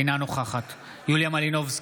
אינה נוכחת יוליה מלינובסקי,